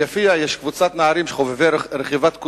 ביפיע יש קבוצת נערים שהם חובבי רכיבת סוסים,